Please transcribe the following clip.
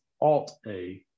Alt-A